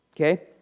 okay